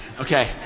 Okay